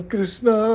Krishna